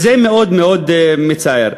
וזה מאוד מאוד מצער.